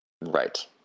Right